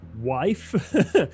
wife